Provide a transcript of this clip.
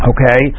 Okay